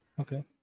Okay